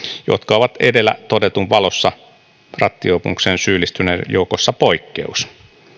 jotka ovat edellä todetun valossa rattijuopumukseen syyllistyneiden joukossa poikkeus